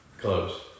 close